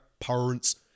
parents